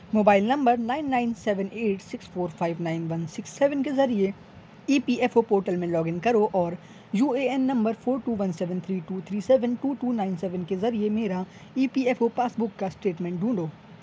mobile number nine nine seven eight six four five nine one six seven کے ذریعے E P F O portal میں log in کرو اور U A N number four two one seven three two three seven two two nine seven کے ذریعے میرا E P F O passbook کا statement ڈھونڈو